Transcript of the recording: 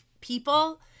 people